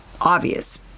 obvious